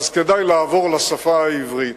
אז כדאי לעבור לשפה העברית.